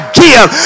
give